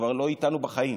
שכבר לא איתנו בחיים,